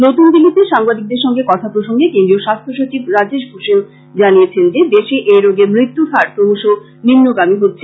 নতুন দিল্লিতে সাংবাদিকদের সঙ্গে কথাপ্রসঙ্গে কেন্দ্রীয় স্বাস্থ্য সচিব রাজেশ ভূষণ জানিয়েছেন যে দেশে এই রোগে মৃত্যুর হার ক্রমশঃ নিম্নগামী হচ্ছে